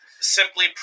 simply